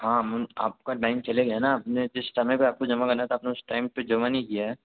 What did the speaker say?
हाँ मन आपका टाइम चले गया ना आपने जिस समय पर आपको जमा करना था आपने उस टाइम पर जमा नहीं किया है